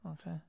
Okay